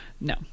No